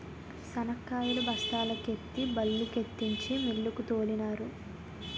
శనక్కాయలు బస్తాల కెత్తి బల్లుకెత్తించి మిల్లుకు తోలినారు